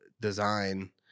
design